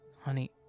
Honey